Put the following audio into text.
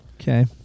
Okay